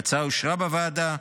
ההצעה אושרה בוועדה.